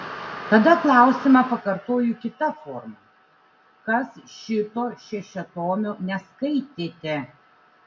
tada klausimą pakartoju kita forma kas šito šešiatomio neskaitėte